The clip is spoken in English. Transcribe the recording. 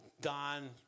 Don